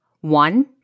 One